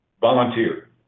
volunteer